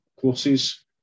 courses